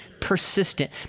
persistent